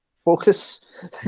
Focus